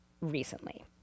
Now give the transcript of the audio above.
recently